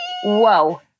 Whoa